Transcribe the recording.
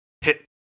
hit